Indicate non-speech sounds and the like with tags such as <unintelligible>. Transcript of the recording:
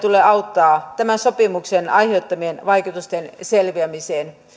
<unintelligible> tulee auttaa tämän sopimuksen aiheuttamista vaikutuksista selviämiseen